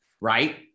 right